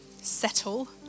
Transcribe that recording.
settle